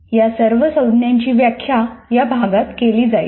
या सर्व संज्ञांची व्याख्या या भागात केली जाईल